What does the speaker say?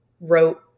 wrote